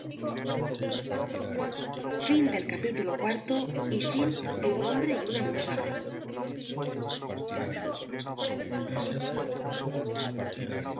s un hombre y una musa